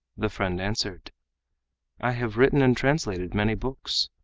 the friend answered i have written and translated many books.